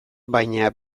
baina